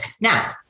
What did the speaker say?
now